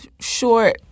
short